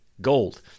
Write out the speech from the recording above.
gold